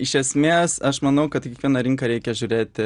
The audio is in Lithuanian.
iš esmės aš manau kad į kiekvieną rinką reikia žiūrėti